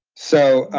so